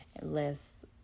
less